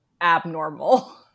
abnormal